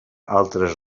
altres